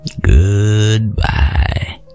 goodbye